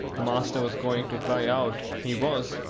the master was going to cry out he was,